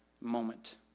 moment